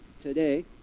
today